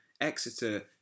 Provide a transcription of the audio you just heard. Exeter